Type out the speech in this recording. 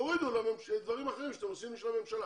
תורידו מדברים אחרים שאתם עושים בשביל הממשלה.